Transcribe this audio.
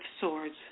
Swords